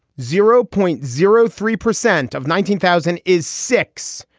zero point zero three percent of nineteen thousand is six.